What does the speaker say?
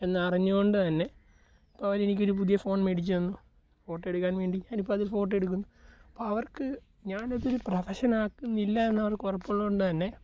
എന്നറിഞ്ഞതു കൊണ്ടുതന്നെ അവരെനിക്കൊരു പുതിയ ഫോൺ മേടിച്ചു തന്നു ഫോട്ടോ എടുക്കാൻ വേണ്ടി ഞാനിപ്പോൾ അതിൽ ഫോട്ടോ എടുക്കുന്നു അപ്പോൾ അവർക്ക് ഞാനിതൊരു പ്രൊഫഷനാക്കുന്നില്ല എന്നവർക്കുറപ്പുള്ളതു കൊണ്ടു തന്നെ